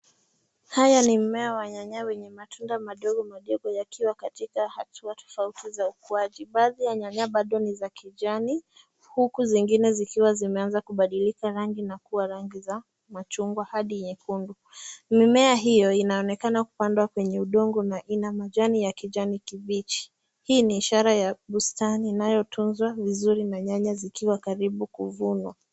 Haya ni mmea wa nyanya wenye ni matunda madogo majibu yakiwa katika hatua tofauti za ukuaji. Baadhi ya nyanya bado ni za kijani huku zingine zikiwa zimeanza kubadilika rangi na kuwa rangi za machungwa hadi nyekundu. Mimea hiyo inaonekana kupandwa kwenye udongo na ina majani ya kijani kibichi. Hii ni ishara ya bustani inayotunzwa vizuri na nyanya zikiwa karibu kuvunwa.